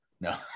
No